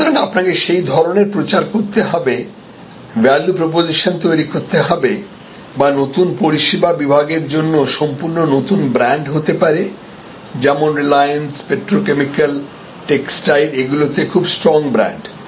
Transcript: সুতরাং আপনাকে সেই ধরণের প্রচার করতে হবেভ্যালু প্রপজিশন তৈরি করতে হবে বা নতুন পরিষেবা বিভাগের জন্য সম্পূর্ণ নতুন ব্র্যান্ড হতে পারে যেমন রিলায়েন্স পেট্রোকেমিক্যাল টেক্সটাইল এইগুলিতে খুব স্ট্রং ব্র্যান্ড